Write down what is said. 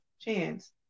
chance